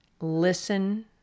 listen